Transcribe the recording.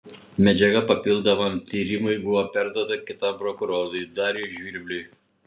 medžiaga papildomam tyrimui buvo perduota kitam prokurorui dariui žvirbliui